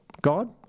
God